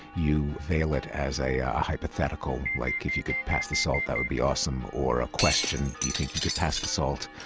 you veil it as a a hypothetical, like if you could pass the salt that would be awesome, or a question do you think you could pass the salt?